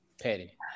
Petty